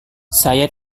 saya